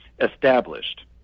established